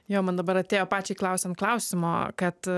jo man dabar atėjo pačiai klausiant klausimo kad